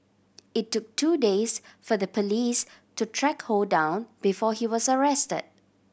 it took two days for the police to track Ho down before he was arrested